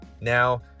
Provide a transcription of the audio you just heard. now